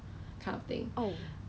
我自己也吓到 lor